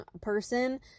person